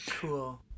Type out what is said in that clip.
Cool